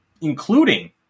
including